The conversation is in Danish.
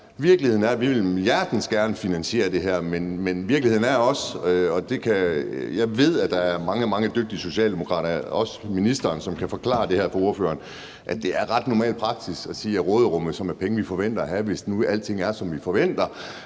at vi hjertens gerne vil finansiere det her, men virkeligheden er også – og det ved jeg der er mange, mange dygtige socialdemokrater og også ministeren som kan forklare ordføreren – at det er ret normal praksis at sige, at råderummet, som er penge, som vi forventer at have, hvis nu alting er, som vi forventer,